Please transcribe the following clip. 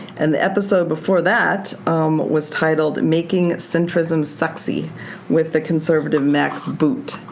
and the episode before that was titled making centrism sexy with the conservative max boot.